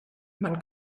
man